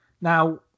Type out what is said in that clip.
Now